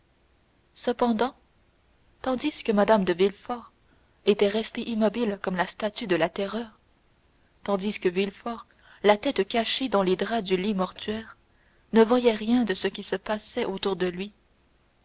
cependant tandis que mme de villefort était restée immobile comme la statue de la terreur tandis que de villefort la tête cachée dans les draps du lit mortuaire ne voyait rien de ce qui se passait autour de lui